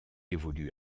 évolue